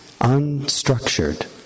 unstructured